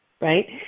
right